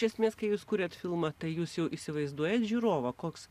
iš esmės kai jūs kuriate filmą tai jūs jau įsivaizduojate žiūrovą koks